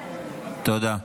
תודה.